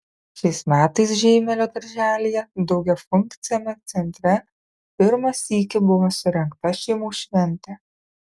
šiais metais žeimelio darželyje daugiafunkciame centre pirmą sykį buvo surengta šeimų šventė